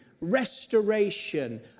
restoration